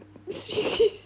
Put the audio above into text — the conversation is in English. species